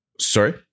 Sorry